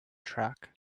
track